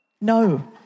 No